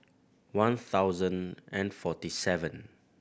one thousand and forty seven